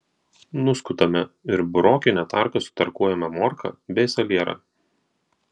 nuskutame ir burokine tarka sutarkuojame morką bei salierą